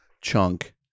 chunk